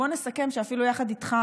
בוא נסכם שאפילו יחד איתך,